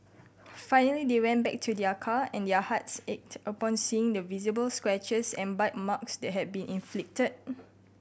finally they went back to their car and their hearts ached upon seeing the visible scratches and bite marks that had been inflicted